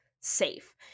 safe